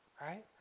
right